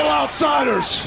outsiders